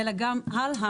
אלא גם הלאה,